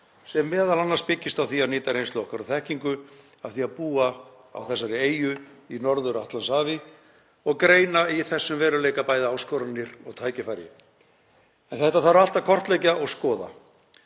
sem m.a. byggist á því að nýta reynslu okkar og þekkingu af því að búa á þessari eyju í Norður-Atlantshafi og greina í þessum veruleika bæði áskoranir og tækifæri. Þetta þarf allt að kortleggja og skoða,